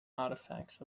artifacts